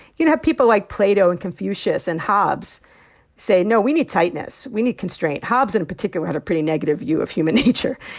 have people like plato and confucius and hobbes say no, we need tightness. we need constraint. hobbes, in particular, had a pretty negative view of human nature.